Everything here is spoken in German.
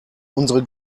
unsere